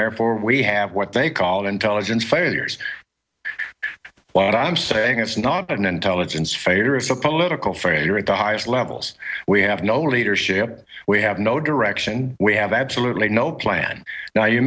therefore we have what they called intelligence failures what i'm saying it's not an intelligence failure it's a political failure at the highest levels we have no leadership we have no direction we have absolutely no plan now you